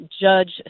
judge